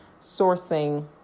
sourcing